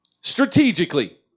strategically